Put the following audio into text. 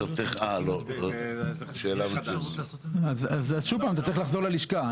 אז אתה שוב צריך לחזור ללשכה.